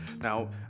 Now